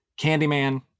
Candyman